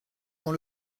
dans